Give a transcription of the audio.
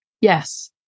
yes